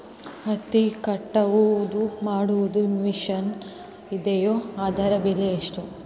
ಹತ್ತಿ ಕಟಾವು ಮಾಡುವ ಮಿಷನ್ ಇದೆಯೇ ಅದರ ಬೆಲೆ ಎಷ್ಟು?